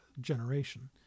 generation